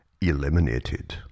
eliminated